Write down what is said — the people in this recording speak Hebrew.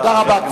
תודה רבה.